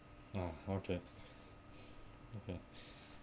ah okay okay